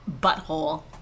butthole